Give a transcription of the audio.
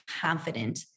confident